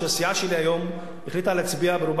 הסיעה שלי היום החליטה להצביע,